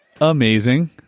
Amazing